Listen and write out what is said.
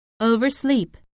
Oversleep